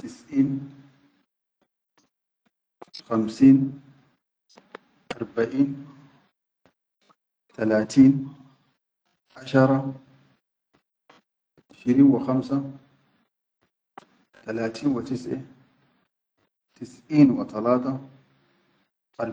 tisiʼeen, khamseen, arbaʼeen talateen, nashara, ishirin wa khamsa, talatin wa tisʼe, tisʼieen wa talata ar.